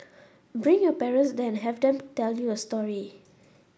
bring your parents there and have them tell you a story